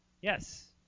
Yes